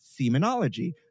Semenology